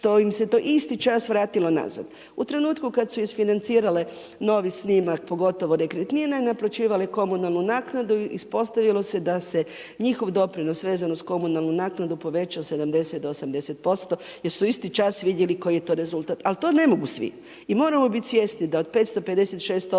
što im se to isti čas vratilo nazad. U trenutku kad su isfinancirale novi snimak pogotovo nekretnina, naplaćivale komunalnu naknadu ispostavilo se da se njihov doprinos vezan uz komunalnu naknadu povećao 70 do 80% jer su isti čas vidjeli koji je to rezultat. Ali to ne mogu svi. I moramo bit svjesni da od 556 općina